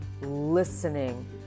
listening